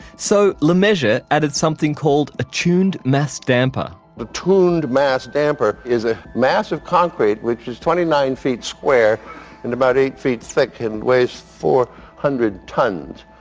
so, lemessurier added something called a tuned mass damper the tuned mass damper is a mass of concrete which is twenty nine feet square and about eight feet thick. it weighs four hundred tons.